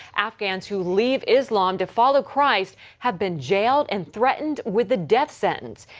afghans who leave islam to follow christ have been jailed and threatened with a death sentence.